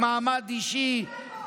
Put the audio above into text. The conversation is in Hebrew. מעמד אישי,